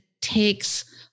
takes